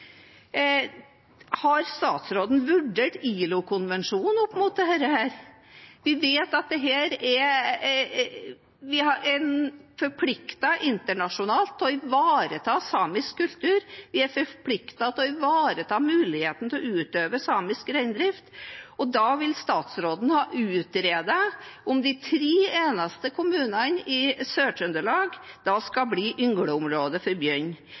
Har statsråden vurdert ILO-konvensjonen opp mot dette? Vi vet at vi er forpliktet internasjonalt til å ivareta samisk kultur, vi er forpliktet til å ivareta muligheten til å utøve samisk reindrift. Da vil statsråden ha utredet om de tre eneste reinbeitekommunene i Sør-Trøndelag skal bli yngleområde for